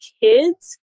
kids